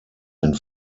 den